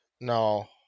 No